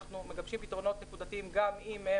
אנחנו מגבשים פתרונות נקודתיים גם אם הם